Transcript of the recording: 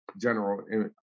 general